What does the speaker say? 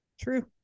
true